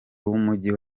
w’umujyi